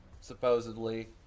supposedly